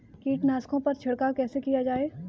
कीटनाशकों पर छिड़काव कैसे किया जाए?